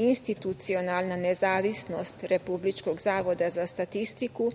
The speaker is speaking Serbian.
institucionalna nezavisnost Republičkog zavoda za statistiku